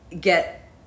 get